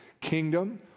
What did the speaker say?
kingdom